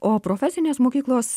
o profesinės mokyklos